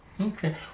Okay